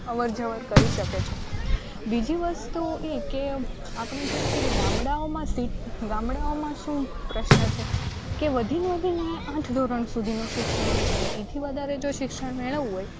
અવરજવર કરી શકે છે બીજી વસ્તુ એ કે આપણે જોઈ છે કે ગામડાઓમાં સી ગામડાઓમાં શું પ્રશ્ન છે કે વધીને વધીને આઠ ધોરણ સુધીનું શિક્ષણ હોય છે હવે એથી વધારે જો શિક્ષણ મેળવવું હોય